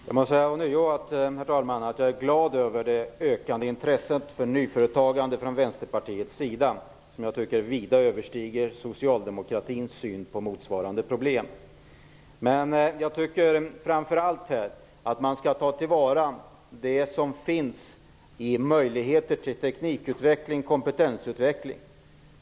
Herr talman! Jag vill ånyo säga att jag är glad över det ökande intresset från Vänsterpartiets sida för nyföretagande. Jag tycker att det vida överstiger socialdemokratins syn på motsvarande problem. Framför allt tycker jag att man skall ta till vara de möjligheter som finns till teknik och kompetensutveckling.